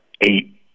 eight